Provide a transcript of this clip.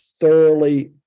thoroughly